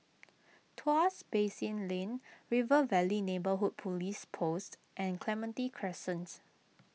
Tuas Basin Lane River Valley Neighbourhood Police Post and Clementi Crescents